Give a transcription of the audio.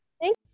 Thank